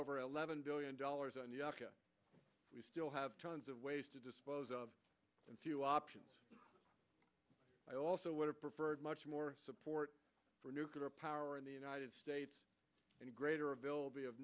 over eleven billion dollars on the we still have tons of ways to dispose of a few options i also would have preferred much more support for nuclear power in the united states and greater ability of